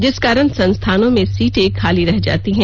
जिस कारण संस्थानों में सीटें खाली रह जाती हैं